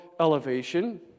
elevation